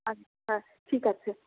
আচ্ছা ঠিক আছে